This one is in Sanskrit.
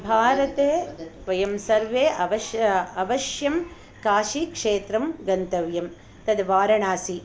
भारते वयं सर्वे अवश्यम् अवश्यं काशीक्षेत्रं गन्तव्यं तद् वाराणसी